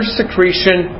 secretion